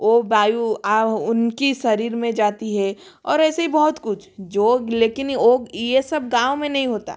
वो वायु उनकी शरीर में जाती है और ऐसे ही बहुत कुछ जो लेकिन वो ये सब गाँव में नहीं होता